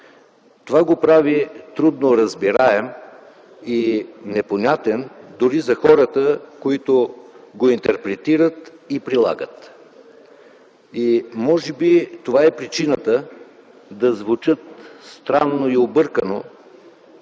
Това го прави трудно разбираем и непонятен дори за хората, които го интерпретират и прилагат. Може би това е причината да звучат странно, объркано